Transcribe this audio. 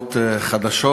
לבחירות חדשות.